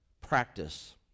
practice